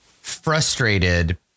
frustrated